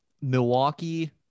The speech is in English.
Milwaukee